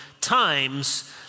times